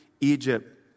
Egypt